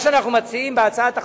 מה שאנחנו מציעים בהצעת החוק,